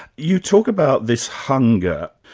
you talk about this hunger.